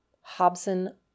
Hobson